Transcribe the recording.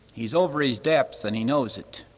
he's over his depth and he knows it.